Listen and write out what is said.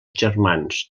germans